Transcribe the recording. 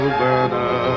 burner